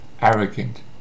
arrogant